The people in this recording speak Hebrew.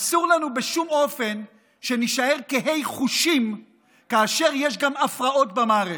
אסור לנו בשום אופן שנישאר קהי חושים כאשר יש גם הפרעות במערכת.